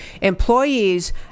Employees